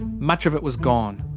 much of it was gone.